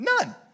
None